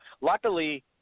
luckily